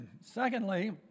Secondly